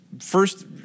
first